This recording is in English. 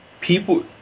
People